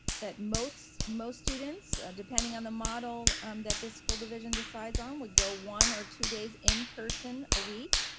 that most most students depending on the model um that this school division decides on would go one or two days in-person a week.